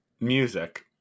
Music